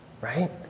Right